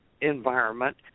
environment